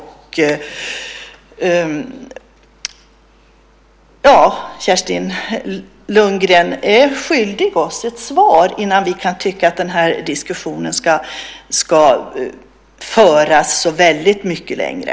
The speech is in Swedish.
Kerstin Lundgren är skyldig oss ett svar innan vi kan föra den här diskussionen så mycket längre.